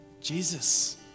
Jesus